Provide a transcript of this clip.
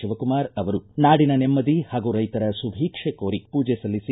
ಶಿವಕುಮಾರ ಅವರು ನಾಡಿನ ನೆಮ್ನದಿ ಹಾಗೂ ರೈತರ ಸುಭೀಕ್ಷೆ ಕೋರಿ ಪೂಜಿ ಸಲ್ಲಿಸಿ